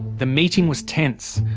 the meeting was tense.